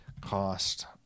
cost